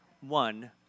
one